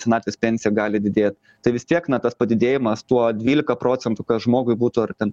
senatvės pensija gali didėt tai vis tiek na tas padidėjimas tuo dvylika procentų kas žmogui būtų ar ten